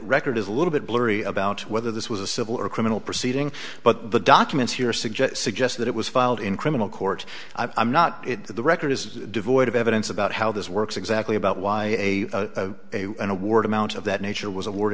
it is a little bit blurry about whether this was a civil or criminal proceeding but the documents here suggest suggest that it was filed in criminal court i'm not the record is devoid of evidence about how this works exactly about why a a a an award amount of that nature was award